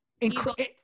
incredible